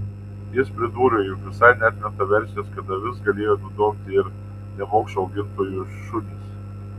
jis pridūrė jog visai neatmeta versijos kad avis galėjo nudobti ir nemokšų augintojų šunys